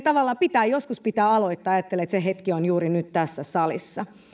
tavallaan joskus pitää aloittaa ajatella että se hetki on juuri nyt tässä salissa